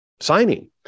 signing